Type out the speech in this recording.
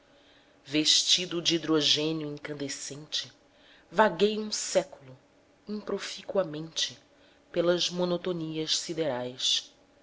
vestido de hidrogênio incandescente vaguei um século improficuamente pelas monotonias siderais